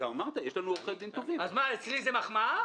אצלי זה מחמאה?